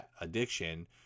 Addiction